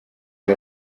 ngo